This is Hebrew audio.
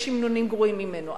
יש המנונים גרועים ממנו.